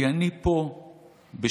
כי אני פה בשליחותם.